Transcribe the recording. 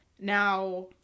Now